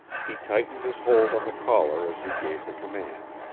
he tightened his hold on the collar as he gave the command.